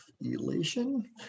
elation